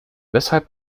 weshalb